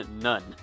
None